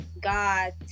God